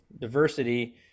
diversity